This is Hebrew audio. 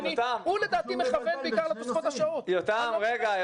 הוא לדעתי מכוון בעיקר לתוספות השעות ---- רגע,